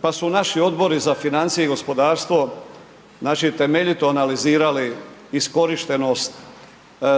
pa su naši Odbori za financije i gospodarstvo, znači, temeljito analizirali iskorištenost